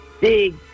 Big